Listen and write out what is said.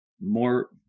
more